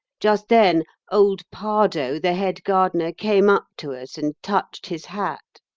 just then old pardoe, the head gardener, came up to us and touched his hat.